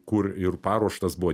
kur ir paruoštas buvo